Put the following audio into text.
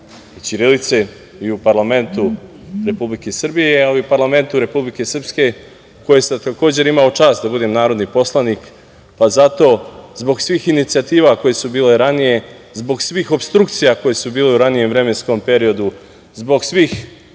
i ćirilice i u parlamentu Republike Srbije, ali i u parlamentu Republike Srpske, u kojoj sam takođe imao čast da budem narodni poslanik, pa zato zbog svih inicijativa koje su bile ranije, zbog svih opstrukcija koje su bile u ranijem vremenskom periodu, zbog svih